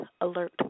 alert